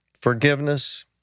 forgiveness